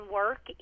work